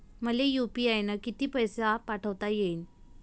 मले यू.पी.आय न किती पैसा पाठवता येईन?